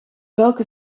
welke